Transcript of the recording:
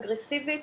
מאוד אגרסיבית.